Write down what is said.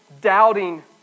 doubting